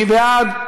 מי בעד?